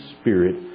spirit